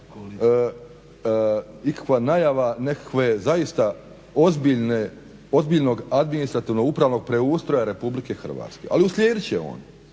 ikakva najava nekakve zaista ozbiljne, ozbiljno administrativno-upravnog preustroja Republike Hrvatske, ali u slijedit će on